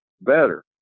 better